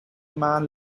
man